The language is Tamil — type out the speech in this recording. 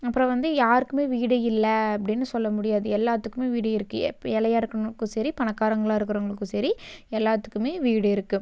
அப்புறம் வந்து யாருக்குமே வீடு இல்லை அப்படின்னு சொல்ல முடியாது எல்லாத்துக்கும் வீடு இருக்குது ஏழையா இருக்கிறவங்களுக்கும் சரி பணக்காரவங்களாக இருக்கிறவங்களுக்கும் சரி எல்லாத்துக்குமே வீடு இருக்குது